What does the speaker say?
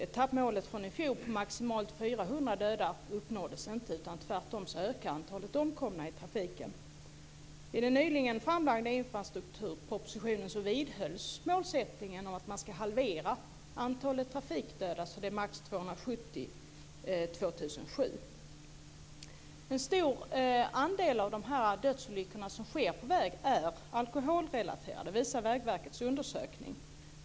Etappmålet från i fjol, maximalt 400 döda i trafiken, uppnåddes inte. Tvärtom ökade antalet omkomna. I den nyligen framlagda infrastrukturpropositionen vidhålls målsättningen om att man ska halvera antalet trafikdöda till maximalt 270 år 2007. En stor andel av de dödsolyckor som sker i trafiken är alkholrelaterade, det visar Vägverkets undersökning.